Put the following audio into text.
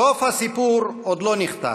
סוף הסיפור עוד לא נכתב,